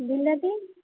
ବିଲାତି